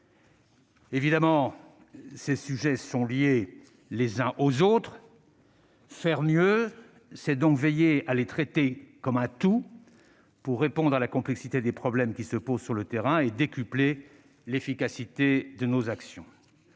Évidemment, ces sujets sont liés les uns aux autres. Faire mieux, c'est donc également veiller à les traiter comme un tout, pour répondre à la complexité des problèmes qui se posent sur le terrain et décupler l'efficacité de nos actions.